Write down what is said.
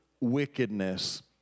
wickedness